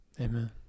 Amen